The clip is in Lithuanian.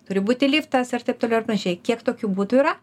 turi būti liftas ir taip toliau ir panašiai kiek tokių butų yra